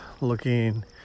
looking